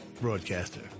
broadcaster